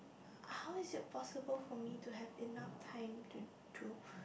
how is it possible for me to have enough time to do